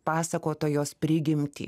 pasakotojos prigimtį